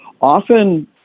often